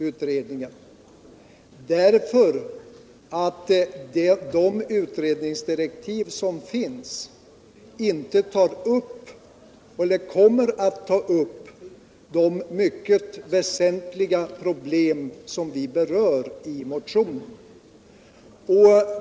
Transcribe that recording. Utredningen kommer enligt de direktiv den har inte att ta upp de mycket väsentliga problem som vi berör i motionen.